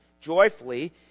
joyfully